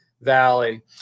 Valley